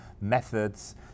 methods